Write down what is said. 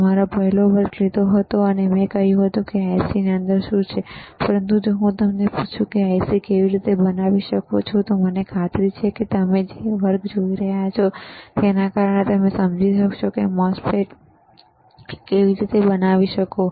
મેં તમારું પહેલો વર્ગ લીધો હતો અને મેં તમને કહ્યું હતું કે IC ની અંદર શું છે પરંતુ જોહું પૂછું કે તમે IC કેવી રીતે બનાવી શકો છો તો મને ખાતરી છે કે તમે જે વર્ગ જોઈ રહ્યા છો તેના કારણે તમે સમજી શકશો કે MOSFET કેવી રીતે બનાવી શકો છો